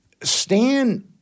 Stan